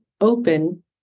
open